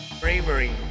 Bravery